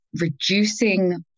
reducing